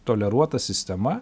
toleruota sistema